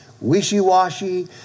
wishy-washy